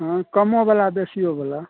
हँ कमो बला बेसियो बला